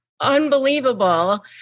unbelievable